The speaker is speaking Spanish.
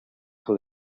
hijo